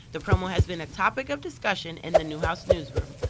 the promo has been a topic of discussion in the newhouse newsroom.